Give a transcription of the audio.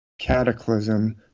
cataclysm